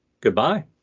Goodbye